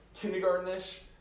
kindergarten-ish